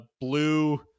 blue